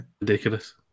ridiculous